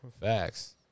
facts